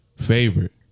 favorite